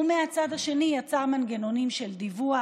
ומהצד השני היא יצרה מנגנונים של דיווחים